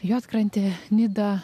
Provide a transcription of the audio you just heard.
juodkrantę nidą